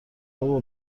بابا